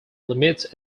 limits